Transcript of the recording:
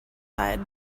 side